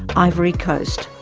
ivory coast.